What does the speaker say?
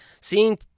Seeing